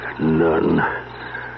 None